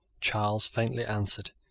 charles faintly answered,